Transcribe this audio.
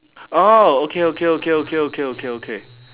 ah okay okay okay okay okay okay